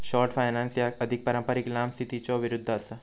short finance ह्या अधिक पारंपारिक लांब स्थितीच्यो विरुद्ध असा